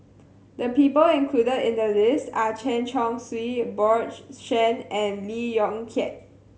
the people included in the list are Chen Chong Swee Bjorn Shen and Lee Yong Kiat